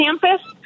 campus